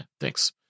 Thanks